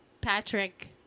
Patrick